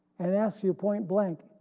and asks you point-blank,